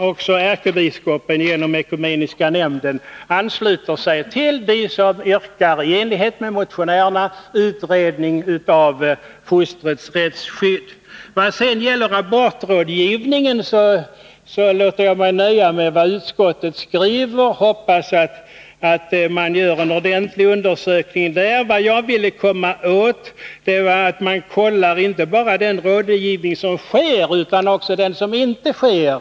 Också ärkebiskopen ansluter sig genom Svenska ekumeniska nämnden till dem som i likhet med motionärerna yrkar att en utredning av fostrets rättsskydd skall göras. När det sedan gäller abortrådgivningen låter jag mig nöja med vad utskottet skriver och hoppas att abortkommittén gör en ordentlig undersökning. Vad jag ville komma åt var att man skulle kolla inte bara den rådgivning som sker, utan också den som inte sker.